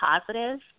positive